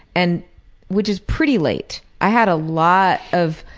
and which is pretty late. i had a lot of.